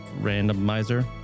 randomizer